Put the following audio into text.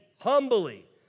humbly